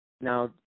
Now